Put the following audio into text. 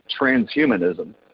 transhumanism